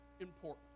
important